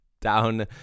down